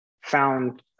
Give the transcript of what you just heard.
found